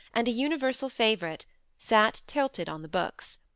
and a universal favourite sat tilted on the books.